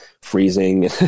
freezing